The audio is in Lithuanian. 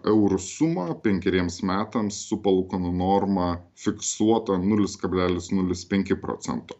eurų sumą penkeriems metams su palūkanų norma fiksuota nulis kablelis nulis penki procento